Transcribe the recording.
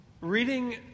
Reading